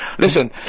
Listen